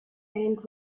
and